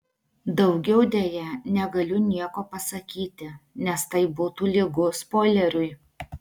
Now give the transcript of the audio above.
daugiau deja negaliu nieko pasakyti nes tai būtų lygu spoileriui